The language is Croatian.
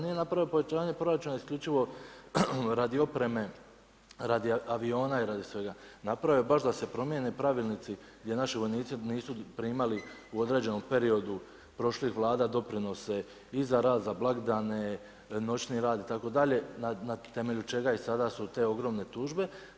Nije napravio povećanje proračuna isključivo radi opreme radi aviona i radi svega, napravio je baš da se promijene pravilnici gdje naši vojnici nisu primali u određenom periodu prošlih vlada doprinose i za rad za blagdane, noćni rad itd. na temelju čega su sada te ogromne tužbe.